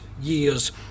years